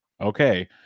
okay